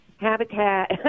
Habitat